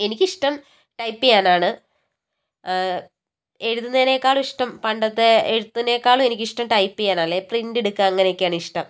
എനിക്ക് ഇഷ്ടം ടൈപ്പ് ചെയ്യാനാണ് എഴുതുന്നതിനേക്കാളും ഇഷ്ടം പണ്ടത്തെ എഴുത്തിനേക്കാളും എനിക്ക് ഇഷ്ടം ടൈപ്പ് ചെയ്യാനാണ് അല്ലെങ്കിൽ പ്രിന്റ് എടുക്കുക അങ്ങനെയൊക്കെയാണ് ഇഷ്ടം